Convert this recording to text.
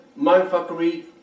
mindfuckery